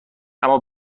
اما